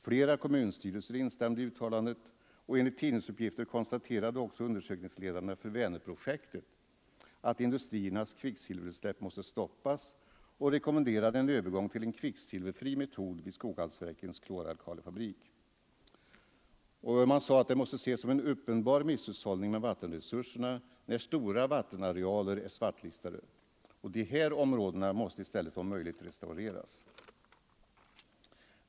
Flera kommunstyrelser instämde i uttalandet, och enligt tidningsuppgifter konstaterade också undersökningsledarna för Vänerprojektet att industriernas kvicksilverutsläpp måste stoppas och rekommenderade en övergång till en kvicksilverfri metod vid Skoghallsverkens klor-alkalifabrik. Man sade att det måste ses som en uppenbar misshushållning med vattenresurserna när stora vattenarealer är svartlistade. Dessa områden måste i stället om möjligt restaureras.